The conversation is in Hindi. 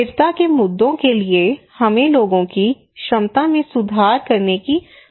स्थिरता के मुद्दों के लिए हमें लोगों की क्षमता में सुधार करने की आवश्यकता है